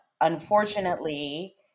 unfortunately